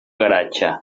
garatge